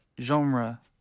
genre